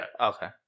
Okay